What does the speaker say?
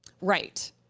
right